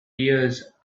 years